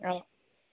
औ